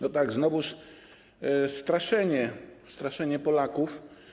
No tak, znowuż straszenie, straszenie Polaków.